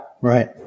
right